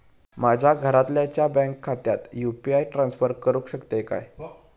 माझ्या घरातल्याच्या बँक खात्यात यू.पी.आय ट्रान्स्फर करुक शकतय काय?